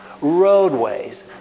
roadways